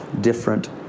different